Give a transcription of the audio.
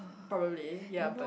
probably yea but